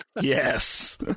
Yes